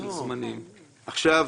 עכשיו,